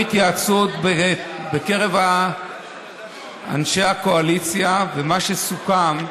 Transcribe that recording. התייעצות בקרב אנשי הקואליציה, ומה שסוכם הוא